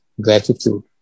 gratitude